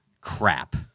Crap